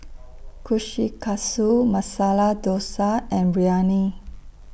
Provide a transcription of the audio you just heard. Kushikatsu Masala Dosa and Biryani